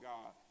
God